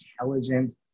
intelligent